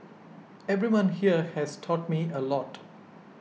everyone here has taught me a lot